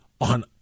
on